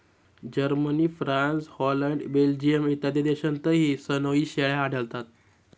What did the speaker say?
Germany, France, Holland, Belgium इत्यादी देशांतही सनोई शेळ्या आढळतात